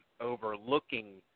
overlooking